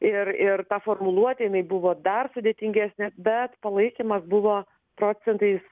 ir ir ta formuluotė jinai buvo dar sudėtingesnė bet palaikymas buvo procentais